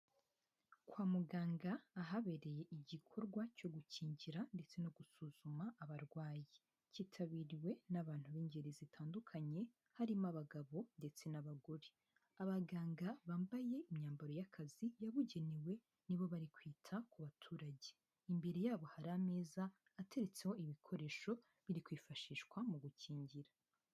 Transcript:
Kwa muganga ahabereye igikorwa cyo gukingira ndetse no gusuzuma abarwayi cyitabiriwe n'abantu b'ingeri zitandukanye, harimo abagabo ndetse n'abagore, abaganga bambaye imyambaro y'akazi yabugenewe ni bo bari kwita ku baturage, imbere yabo hari ameza ateretseho ibikoresho biri kwifashishwa mu gukingira.